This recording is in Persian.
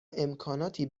امکاناتی